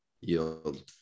Yield